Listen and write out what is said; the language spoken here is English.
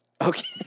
Okay